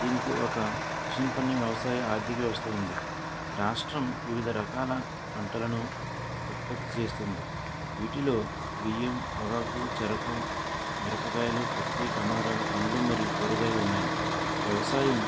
దీనికి ఒక సంపన్న వ్యవసాయ ఆర్థిక వ్యవస్థ ఉంది రాష్ట్రం వివిధ రకాల పంటలను ఉత్పత్తి చేస్తుంది వీటిలో బియ్యం పొగాకు చెరుకు మిరపకాయలు పత్తి టొమాటోలు పండ్లు మరియు కూరగాయలు ఉన్నాయి వ్యవసాయం